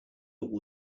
all